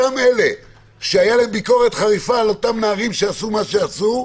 אותם אלה שהייתה להם ביקורת חריפה על אותם נערים שעשו מה שעשו,